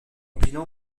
bilan